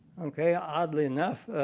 okay? oddly enough,